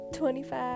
25